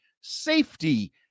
safety